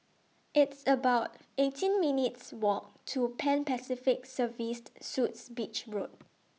It's about eighteen minutes' Walk to Pan Pacific Serviced Suites Beach Road